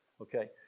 okay